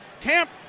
Camp